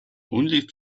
only